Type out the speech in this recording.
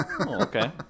Okay